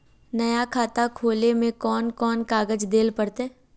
नया खाता खोले में कौन कौन कागज देल पड़ते?